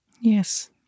Yes